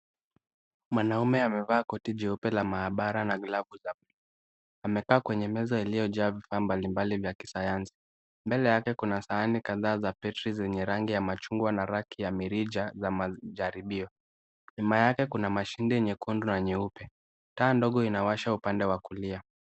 Mwanaume amevaa koti jeupe la maabara na glavu za buluu. Amekaa kwenye meza iliyojaa vifaa mbalimbali ya kisayansi. Mbele yake kuna sahani kadhaa za petri zenye rangi ya machungwa na raki ya mirija za majaribio, Nyuma yake kuna mashine nyekundu na nyeupe. Taa ndogo inawashwa upande wa kulia.